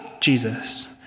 Jesus